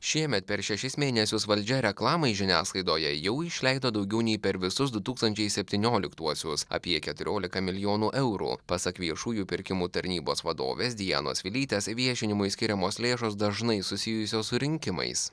šiemet per šešis mėnesius valdžia reklamai žiniasklaidoje jau išleido daugiau nei per visus du tūkstančiai septynioliktuosius apie keturiolika milijonų eurų pasak viešųjų pirkimų tarnybos vadovės dianos vilytės viešinimui skiriamos lėšos dažnai susijusios su rinkimais